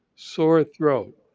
sore throat,